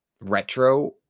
retro